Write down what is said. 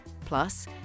plus